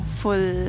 full